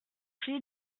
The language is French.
celui